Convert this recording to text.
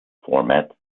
format